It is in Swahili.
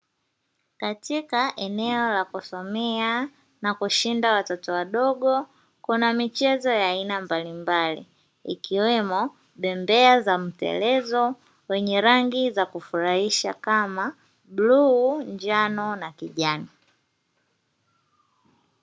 Katika eneo la kusomea na kushinda watoto wadogo kuna michezo ya aina mbalimbali ikiwemo, bembea za mtelezo zenye rangi ya kufurahisha kama bluu, njano na kijani.